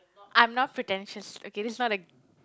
I'm not pretentious okay this is not a